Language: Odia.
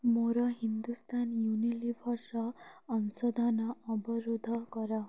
ମୋର ହିନ୍ଦୁସ୍ତାନ ୟୁନିଲିଭର୍ର ଅଂଶଧନ ଅବରୋଧ କର